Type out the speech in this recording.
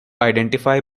identify